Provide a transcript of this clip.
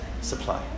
Supply